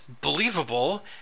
believable